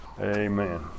amen